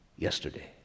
yesterday